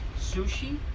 Sushi